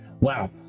Wow